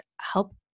help